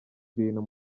bintu